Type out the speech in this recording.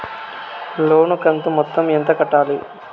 లోను కంతు మొత్తం ఎంత కట్టాలి?